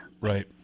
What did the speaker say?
Right